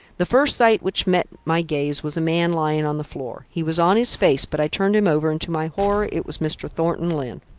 the first sight which met my gaze was a man lying on the floor. he was on his face, but i turned him over, and to my horror it was mr. thornton lyne.